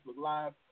Live